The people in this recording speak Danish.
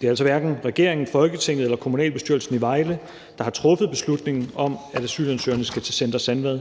Det er altså hverken regeringen, Folketinget eller kommunalbestyrelsen i Vejle, der har truffet beslutningen om, at asylansøgerne skal til Center Sandvad.